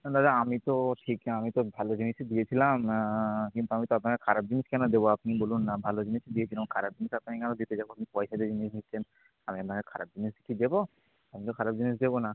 না দাদা আমি তো ঠিক আমি তো ভালো জিনিসই দিয়েছিলাম কিন্তু আমি তো আপনাকে খারাপ জিনিস কেন দেবো আপনিই বলুন না ভালো জিনিসই দিয়েছিলাম খারাপ জিনিস আপনাকে কেন দিতে যাবো আপনি পয়সা দিয়ে জিনিস নিচ্ছেন আমি আপনাকে খারাপ জিনিস কি দেবো আমি তো খারাপ জিনিস দেবো না